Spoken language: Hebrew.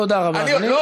תודה רבה, אדוני.